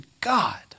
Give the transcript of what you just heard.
God